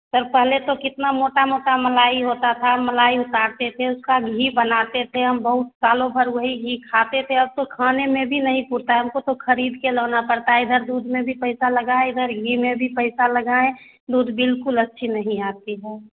sir पहले तो कितना मोटा मोटा मलाई होता था मलाई उतारते थे उसका घी बनाते थे हम बहुत सालों भर वही घी खाते थे अब तो खाने में भी नहीं पुरता है हमको तो खरीद के लाना पड़ता है इधर दूध में भी पैसा लगाएँ इधर घी में भी पैसा लगाएँ दूध बिल्कुल अच्छी नहीं आती है